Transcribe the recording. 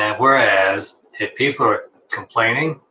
and whereas, if people are complaining,